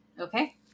Okay